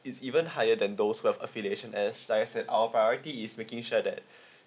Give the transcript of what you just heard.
it's even higher than those well affiliation as like I said our priority is making sure that